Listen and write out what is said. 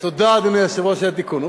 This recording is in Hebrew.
תודה, אדוני היושב-ראש, על התיקון.